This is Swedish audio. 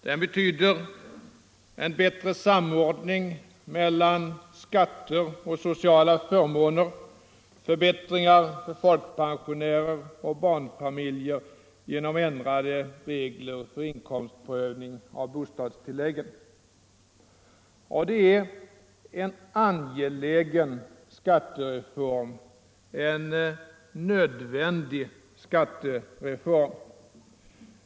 Den betyder en bättre samordning mellan skatter och sociala förmåner, förbättringar för folkpensionärer och barnfamiljer genom ändrade regler för inkomstprövning av bostadstilläggen. Och det är en angelägen, ja, nödvändig skattereform.